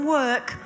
work